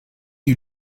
you